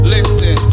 Listen